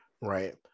right